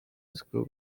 screw